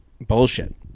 bullshit